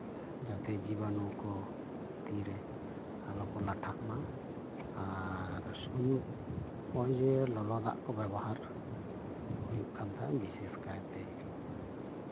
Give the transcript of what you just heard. ᱡᱟᱛᱮ ᱡᱤᱵᱟᱱᱩ ᱠᱚ ᱛᱤ ᱨᱮ ᱟᱞᱚ ᱠᱚ ᱞᱟᱴᱷᱟᱜ ᱢᱟ ᱟᱨ ᱥᱩᱱᱩ ᱱᱚᱜᱼᱚᱭ ᱡᱮ ᱞᱚᱞᱚ ᱫᱟᱜ ᱠᱚ ᱵᱮᱵᱚᱦᱟᱨ ᱦᱩᱭᱩᱜ ᱠᱟᱱ ᱛᱟᱦᱮᱸᱫ ᱵᱤᱥᱮᱥ ᱠᱟᱭᱛᱮ